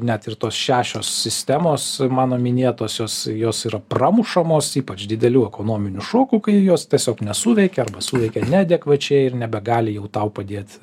net ir tos šešios sistemos mano minėtosios jos yra pramušamos ypač didelių ekonominių šokų kai jos tiesiog nesuveikė arba suveikė neadekvačiai ir nebegali jau tau padėt